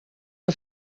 que